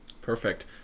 Perfect